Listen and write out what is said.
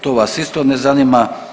To vas isto ne zanima.